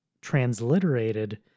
transliterated